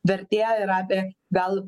vertė yra apie gal